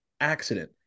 accident